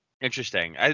Interesting